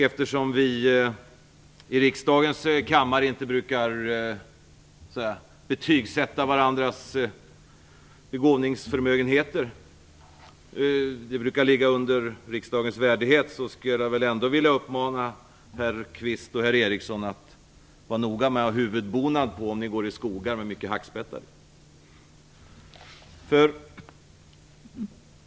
Eftersom vi i riksdagens kammare inte brukar betygsätta varandras begåvning - det brukar vara under riksdagens värdighet - skulle jag ändå vilja uppmana herr Kvist och herr Eriksson att vara noga med att bära huvudbonad om ni går i skogar med mycket hackspettar.